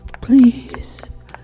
please